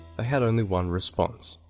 had only one response